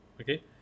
okay